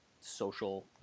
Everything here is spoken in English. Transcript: social